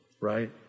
right